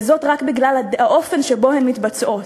וזה רק בגלל האופן שבו הן מתבצעות,